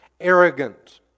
Arrogant